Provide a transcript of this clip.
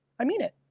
i mean it.